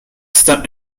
step